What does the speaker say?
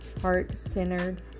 heart-centered